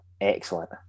excellent